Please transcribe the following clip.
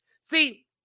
See